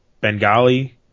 Bengali